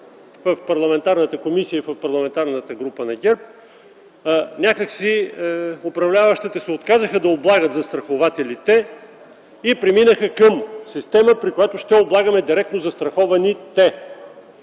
в парламентарната комисия и в парламентарната група на ГЕРБ, някак си управляващите се отказаха да облагат застрахователите и преминаха към система, в която ще облагаме директно застрахованите